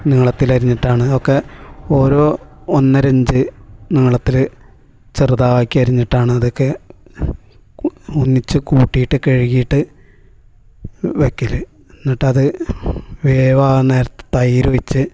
നീളത്തിൽ അരിഞ്ഞിട്ടാണ് ഒക്കെ ഓരോ ഒന്നര ഇഞ്ച് നീളത്തിൽ ചെറുതാക്കി അരിഞ്ഞിട്ടാണ് അതൊക്കെ ഒന്നിച്ച് കൂട്ടിയിട്ട് കഴുകിയിട്ട് വയ്ക്കൽ എന്നിട്ടത് വേവാൻ നേരത്ത് തൈര് ഒഴിച്ച്